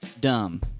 dumb